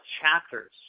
chapters